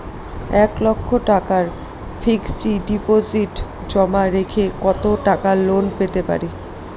এক লক্ষ টাকার fixed deposit জমা রেখে কত টাকা লোন পেতে পারি?